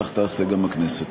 שכך תעשה גם הכנסת.